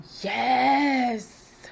Yes